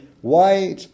white